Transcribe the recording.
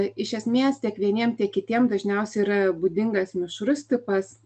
iš esmės tiek vieniem tiek kitiem dažniausiai yra būdingas mišrus tipas